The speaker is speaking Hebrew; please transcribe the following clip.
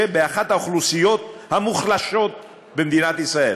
באחת האוכלוסיות המוחלשות במדינת ישראל,